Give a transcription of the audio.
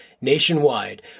nationwide